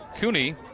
Cooney